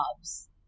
jobs